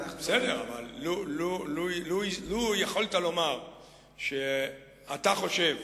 לו יכולת לומר שאתה חושב